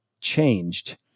changed